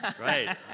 right